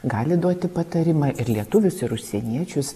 gali duoti patarimą ir lietuvius ir užsieniečius